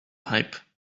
pipe